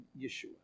Yeshua